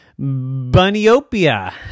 Bunnyopia